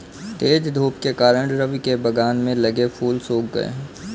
तेज धूप के कारण, रवि के बगान में लगे फूल सुख गए